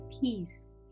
peace